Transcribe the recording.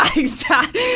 ah exactly.